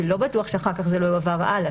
לא בטוח שאחר כך זה לא יועבר הלאה.